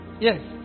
yes